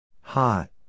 Hot